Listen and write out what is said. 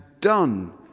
done